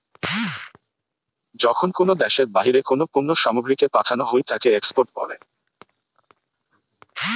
যখন কোনো দ্যাশের বাহিরে কোনো পণ্য সামগ্রীকে পাঠানো হই তাকে এক্সপোর্ট বলে